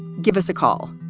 give us a call.